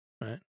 right